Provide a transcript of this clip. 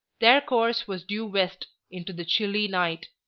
their course was due west, into the chilly night.